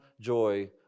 joy